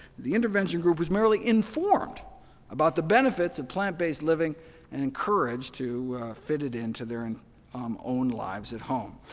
the intervention group was merely informed about the benefits of plant based living and encouraged to fit it into their and um own lives at home.